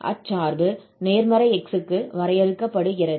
அச்சார்பு நேர்மறை x க்கு வரையறுக்கப்படுகிறது